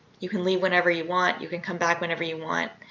you can leave whenever you want. you can come back whenever you want.